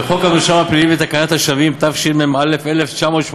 חוק המרשם הפלילי ותקנת השבים, התשמ"א 1981,